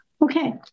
Okay